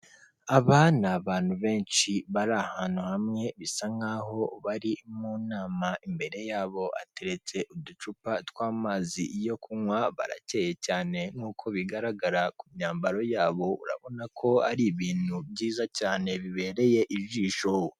Aba ni abantu benshi bari ahantu hamwe bisa nk'aho bari mu nama, imbere yabo hateretse uducupa tw'amazi yo kunywa barakeye cyane nk'uko bigaragara ku myambaro yabo urabona ko ari ibintu byiza cyane bibereye ijisho.